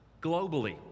globally